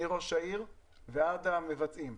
מראש העיר ועד המבצעים.